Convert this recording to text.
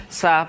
sa